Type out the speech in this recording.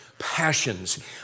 passions